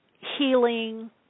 healing